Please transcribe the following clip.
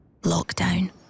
Lockdown